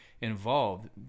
involved